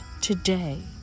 today